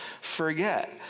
forget